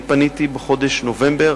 אני פניתי בחודש נובמבר,